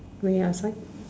when you're outside